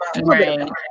right